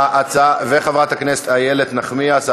גם את, חברת הכנסת איילת נחמיאס.